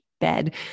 bed